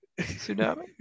Tsunami